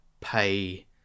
pay